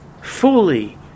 Fully